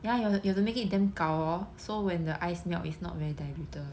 ya you you have to make it damn gao hor so when the ice melt it's not very diluted